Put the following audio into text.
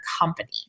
company